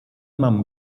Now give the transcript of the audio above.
mam